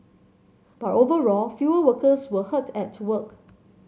but overall fewer workers were hurt at work